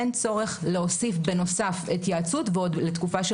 אין צורך להוסיף בנוסף התייעצות ועוד לתקופה של